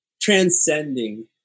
Transcending